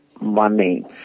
money